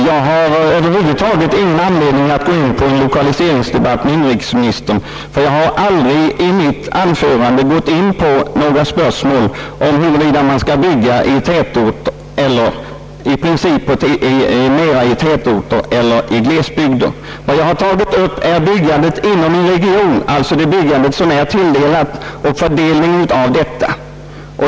Jag har över huvud taget ingen anledning att gå in på en lokaliseringsdebatt med inrikesministern, ty jag har inte i mitt anförande gått in på några spörsmål om huruvida man skall bygga i princip mera i tätorter än i glesbygder. Vad jag har tagit upp är byggandet inom en region, alltså det byggande som är tilldelat, och fördelningen av detta.